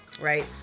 Right